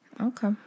Okay